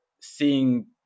seeing